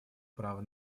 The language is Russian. права